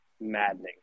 maddening